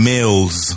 Mills